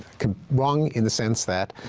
wrong in the sense that,